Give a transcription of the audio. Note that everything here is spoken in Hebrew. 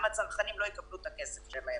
גם הצרכנים לא יקבלו את הכסף שלהם.